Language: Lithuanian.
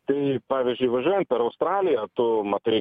tai pavyzdžiui važiuojant per australiją tu matai